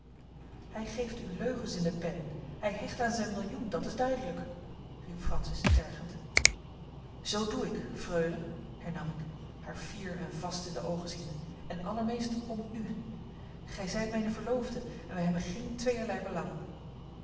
hij geeft u leugens in de pen hij hecht aan zijn millioen dat is duidelijk riep francis tergend zoo doe ik freule hernam ik haar fier en vast in de oogen ziende en allermeest om u gij zijt mijne verloofde en wij hebben geen tweeërlei belang